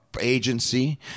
agency